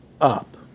up